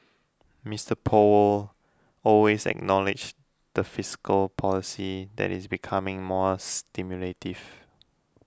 Mister Powell also acknowledged that fiscal policy is becoming more stimulative